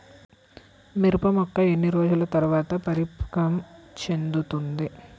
మిరప మొక్క ఎన్ని రోజుల తర్వాత పరిపక్వం చెందుతుంది?